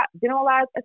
generalized